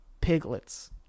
piglets